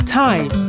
time